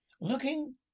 Looking